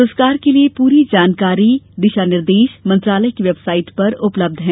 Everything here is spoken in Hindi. पुरस्कार के लिये पूरी जानकारी और दिशा निर्देश मंत्रालय की वेबसाइट पर उपलब्ध हैं